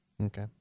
Okay